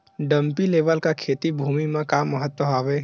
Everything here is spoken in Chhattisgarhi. डंपी लेवल का खेती भुमि म का महत्व हावे?